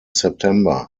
september